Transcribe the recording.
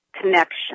connection